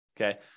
okay